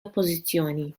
oppożizzjoni